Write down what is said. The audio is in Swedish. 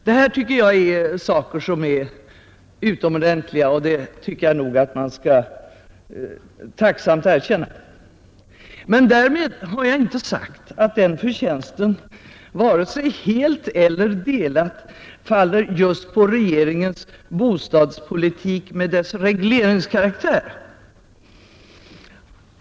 Detta är utomordentligt bra, och det tycker jag nog att man skall tacksamt erkänna, Men därmed har jag inte sagt att den förtjänsten, vare sig helt eller delat, faller just på regeringens bostadspolitik med dess regleringskaraktär.